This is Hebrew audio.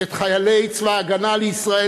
ואת חיילי צבא ההגנה לישראל,